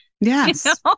Yes